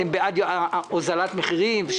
אתם בעד הוזלת מחירים?